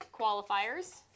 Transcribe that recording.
qualifiers